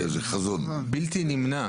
זה בלתי נמנע.